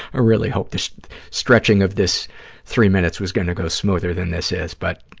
ah really hoped this stretching of this three minutes was going to go smoother than this is, but.